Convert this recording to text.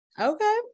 okay